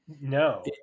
No